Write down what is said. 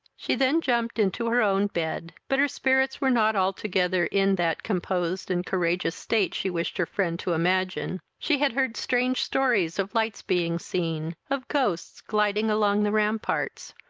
she then jumped into her own bed but her spirits were not altogether in that composed and courageous state she wished her friend to imagine. she had heard strange stories of lights being seen, of ghosts gliding along the ramparts,